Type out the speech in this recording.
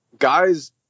Guys